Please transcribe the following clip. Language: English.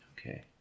Okay